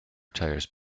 tires